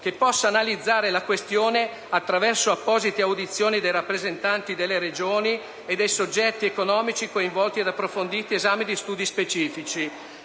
che possa analizzare la questione attraverso apposite audizioni dei rappresentanti delle Regioni e dei soggetti economici coinvolti ed approfonditi esami di studi scientifici